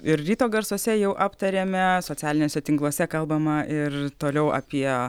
ir ryto garsuose jau aptarėme socialiniuose tinkluose kalbama ir toliau apie